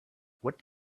what